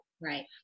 Right